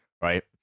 right